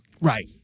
Right